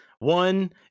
One